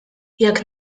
jekk